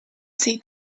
see